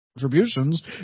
contributions